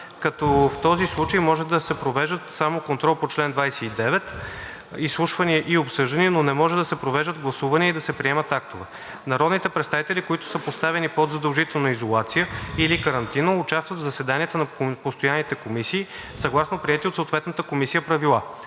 като в този случай може да се провеждат само контрол по чл. 29, изслушвания и обсъждания, но не може да се провеждат гласувания и да се приемат актове. Народните представители, които са поставени под задължителна изолация или карантина, участват в заседанията на постоянните комисии съгласно приети от съответната комисия правила.